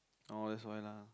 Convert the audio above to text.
orh that's why lah